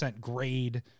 grade